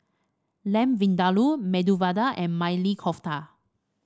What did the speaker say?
Lamb Vindaloo Medu Vada and Maili Kofta